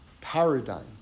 paradigm